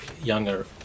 younger